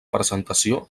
presentació